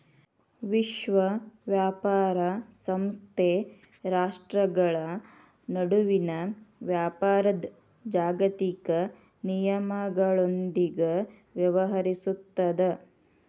ವಿಶ್ವ ವ್ಯಾಪಾರ ಸಂಸ್ಥೆ ರಾಷ್ಟ್ರ್ಗಳ ನಡುವಿನ ವ್ಯಾಪಾರದ್ ಜಾಗತಿಕ ನಿಯಮಗಳೊಂದಿಗ ವ್ಯವಹರಿಸುತ್ತದ